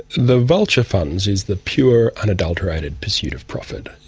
the vulture funds is the pure unadulterated pursuit of profit.